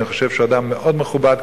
אני חושב שהוא אדם מאוד מכובד,